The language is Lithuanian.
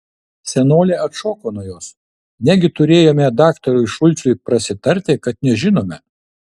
senolė atšoko nuo jos negi turėjome daktarui šulcui prasitarti kad nežinome